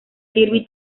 kirby